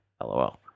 lol